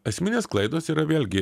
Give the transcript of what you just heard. esminės klaidos yra vėlgi